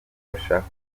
ashaka